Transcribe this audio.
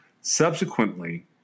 Subsequently